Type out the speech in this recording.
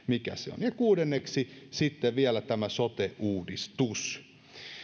mikä se on ja kuudenneksi sitten vielä tämä sote uudistus